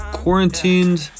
quarantined